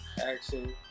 Action